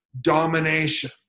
domination